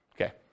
Okay